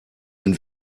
den